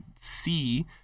see